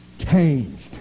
changed